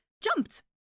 jumped